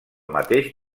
mateix